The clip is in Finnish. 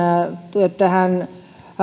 tähän